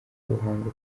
ruhango